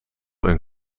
een